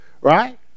Right